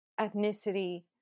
ethnicity